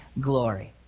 glory